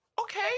Okay